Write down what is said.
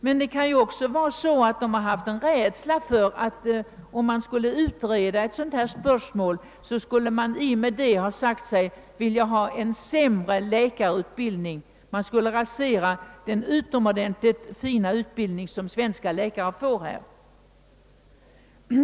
Men det kan också vara så, att man varit rädd för att om detta spörsmål utreds man därmed har sagt att man accepterar sämre läkarutbildning — man skulle rasera den utomordentligt fina utbildning som svenska läkare får.